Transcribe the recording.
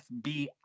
FBI